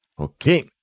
Okay